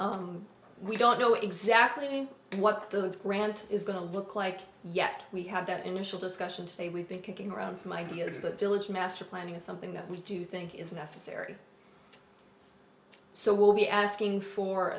open we don't know exactly what the grant is going to look like yet we had that initial discussion today we've been kicking around some ideas but village master planning is something that we do think is necessary so we'll be asking for